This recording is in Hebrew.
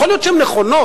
יכול להיות שהן נכונות,